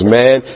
man